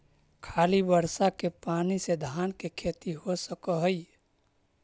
खाली बर्षा के पानी से धान के खेती हो सक हइ?